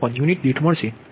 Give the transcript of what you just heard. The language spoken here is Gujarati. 056